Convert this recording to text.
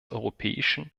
europäischen